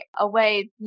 away